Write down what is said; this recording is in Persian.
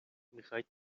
میخواهید